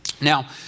Now